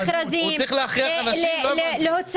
לא הבנתי.